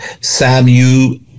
Samuel